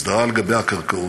הסדרה לגבי הקרקעות.